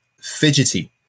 fidgety